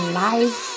life